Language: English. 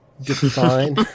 define